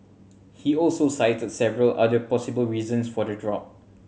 he also cited several other possible reasons for the drop